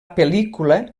pel·lícula